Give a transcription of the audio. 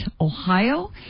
Ohio